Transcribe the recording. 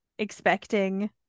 expecting